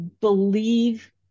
believe